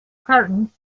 curtains